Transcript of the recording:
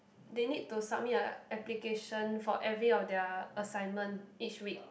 they need to submit a application for every of their assignment each week